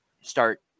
start